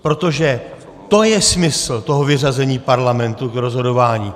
Protože to je smysl vyřazení Parlamentu z rozhodování.